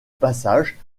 passage